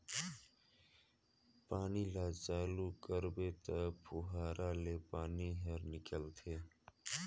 पानी ल चालू करबे त फुहारा ले पानी हर निकलथे